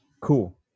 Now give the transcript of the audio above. Cool